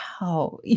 wow